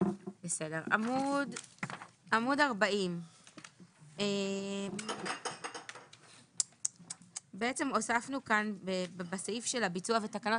עמוד 40. הוספנו כאן בסעיף של הביצוע ותקנות.